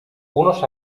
unos